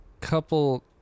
couple